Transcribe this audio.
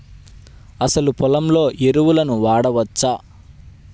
అసలు పొలంలో ఎరువులను వాడవచ్చా?